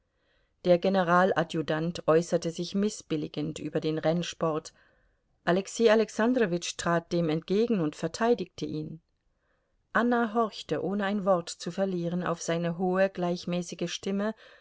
der generaladjutant äußerte sich mißbilligend über den rennsport alexei alexandrowitsch trat dem entgegen und verteidigte ihn anna horchte ohne ein wort zu verlieren auf seine hohe gleichmäßige stimme